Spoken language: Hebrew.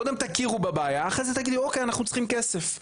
קודם תכירו בבעיה אחרי זה תגיד לי אוקיי אנחנו צריכים כסף.